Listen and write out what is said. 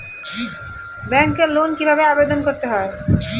ব্যাংকে লোন কিভাবে আবেদন করতে হয়?